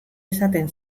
esaten